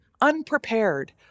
unprepared